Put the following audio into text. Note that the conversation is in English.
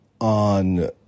on